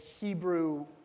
Hebrew